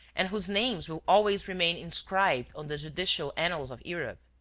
and whose names will always remain inscribed on the judicial annals of europe.